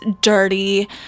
dirty